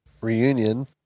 reunion